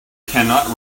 cannot